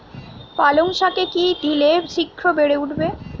পালং শাকে কি দিলে শিঘ্র বেড়ে উঠবে?